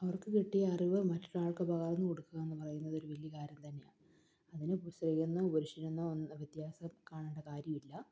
അവർക്ക് കിട്ടിയ അറിവ് മറ്റൊരാൾക്ക് പകർന്നുകൊടുക്കുകയെന്ന് പറയുന്നതൊരു വലിയ കാര്യം തന്നെയാണ് അതിന് സ്ത്രീയെന്നോ പുരുഷനെന്നോ വ്യത്യാസം കാണേണ്ട കാര്യമില്ല